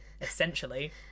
essentially